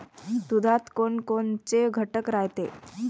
दुधात कोनकोनचे घटक रायते?